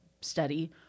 study